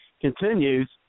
continues